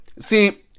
See